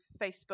Facebook